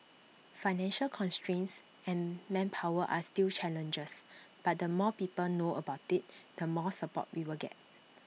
financial constraints and manpower are still challenges but the more people know about IT the more support we will get